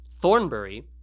Thornbury